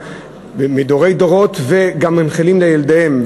מדורי דורות והם מנחילים אותו גם לילדיהם,